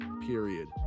period